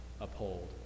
uphold